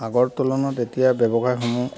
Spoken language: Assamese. আগৰ তুলনাত এতিয়া ব্যৱসায়সমূহ